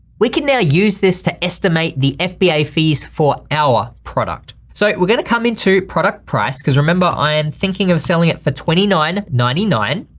we can now use this to estimate the fba fees for our product. so we're gonna come into product price, cause remember, i am thinking of selling it for twenty nine point nine nine.